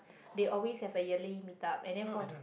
they always have a yearly meet up and then for